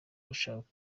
ushaka